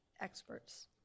experts